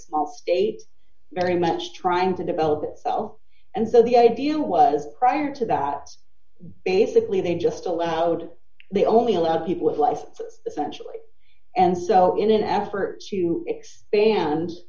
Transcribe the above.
small state very much trying to develop itself and so the idea was prior to that basically they just allowed they only allowed people with life essentially and so in an effort to expand